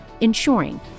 ensuring